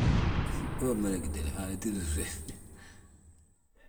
Wee mmada gitile, Haala tídi, laugh